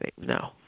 No